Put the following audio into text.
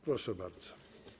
Proszę bardzo.